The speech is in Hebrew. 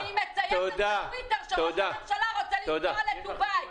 שמצייצת בטוויטר שראש הממשלה רוצה לנסוע לדובאי,